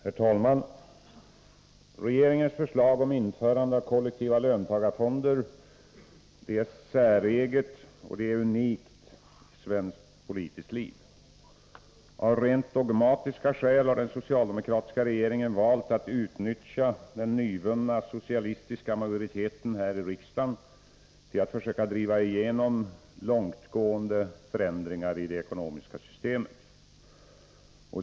Herr talman! Regeringens förslag om införande av kollektiva löntagarfonder är säreget och unikt i svenskt politiskt liv. Av rent dogmatiska skäl har den socialdemokratiska regeringen valt att utnyttja den nyvunna socialistiska majoriteten här i riksdagen till att försöka driva igenom långtgående förändringar i det ekonomiska systemet.